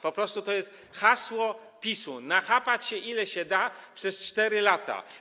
Po prostu to jest hasło PiS-u: nachapać się, ile się da, przez 4 lata.